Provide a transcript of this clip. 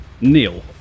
Neil